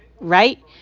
right